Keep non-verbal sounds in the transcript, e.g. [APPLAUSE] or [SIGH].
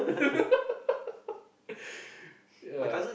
[LAUGHS] yeah